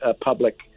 public